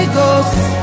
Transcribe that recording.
Ghost